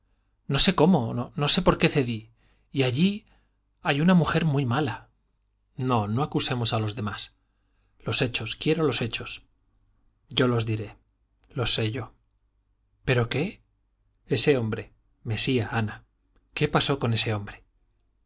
no sé cómo no sé por qué cedí y allí hay una mujer muy mala no no acusemos a los demás los hechos quiero los hechos yo los diré los sé yo pero qué ese hombre mesía ana qué pasó con ese hombre